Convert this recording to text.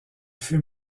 fut